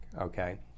okay